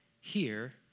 Here